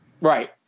Right